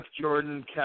Jordan